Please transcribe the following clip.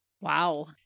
Wow